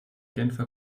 genfer